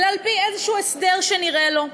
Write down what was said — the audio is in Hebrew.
אלא על-פי איזשהו הסדר שנראה לו.